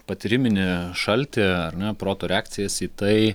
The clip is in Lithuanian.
patyriminį šaltį ar ne proto reakcijas į tai